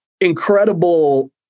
Incredible